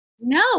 No